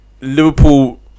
Liverpool